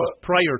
prior